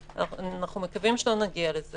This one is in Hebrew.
אנחנו מקווים שלא נגיע אליו,